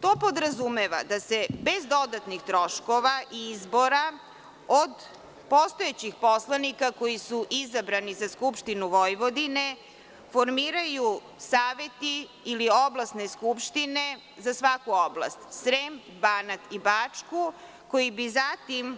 To podrazumeva da se bez dodatnih troškova izbora od postojećih poslanika koji su izabrani za Skupštinu Vojvodine formiraju saveti ili oblasne skupštine za svaku oblast Srem, Banat i Bačku koji bi zatim